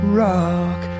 rock